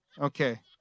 Okay